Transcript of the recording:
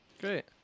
great